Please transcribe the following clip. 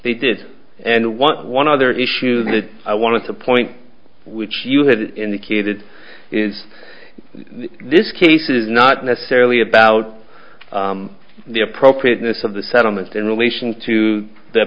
they did and want one other issue that i want to point which you have indicated is this case is not necessarily about the appropriateness of the settlement in relation to the